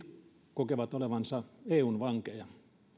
kokevat olevansa eun vankeja